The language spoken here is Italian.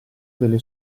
delle